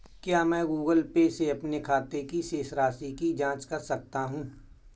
क्या मैं Google Pay से अपने खाते की शेष राशि की जाँच कर सकता हूँ?